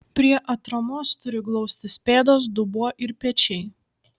prie atramos turi glaustis pėdos dubuo ir pečiai